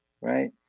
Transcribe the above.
right